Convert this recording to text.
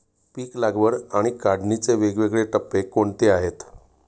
पीक लागवड आणि काढणीचे वेगवेगळे टप्पे कोणते आहेत?